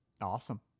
Awesome